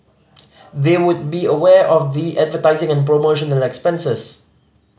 they would be aware of the advertising and promotional expenses